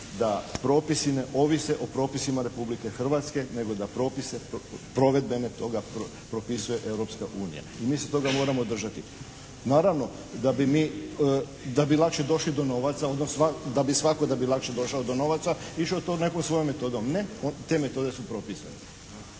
da propisi ne ovise o propisima Republike Hrvatske nego da propise provedbene toga propisuje Europska unija i mi se toga moramo držati. Naravno da bi mi, da bi lakše došli do novaca, da bi svatko da bi lakše došao do novaca išao to nekom svojom metodom. Ne, te metode su propisane.